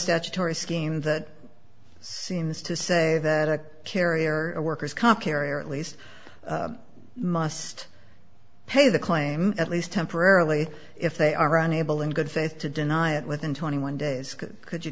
statutory scheme that seems to say that a carrier or workers comp carrier at least must pay the claim at least temporarily if they are unable in good faith to deny it within twenty one days could you